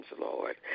Lord